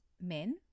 men